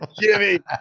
jimmy